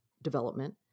development